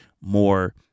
more